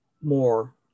more